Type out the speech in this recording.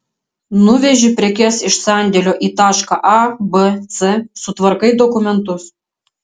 nuveži prekes iš sandėlio į tašką a b c sutvarkai dokumentus